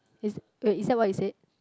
is wait is that what you said